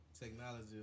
technology